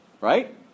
right